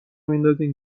میندازین